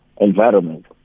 environment